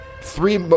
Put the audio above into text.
three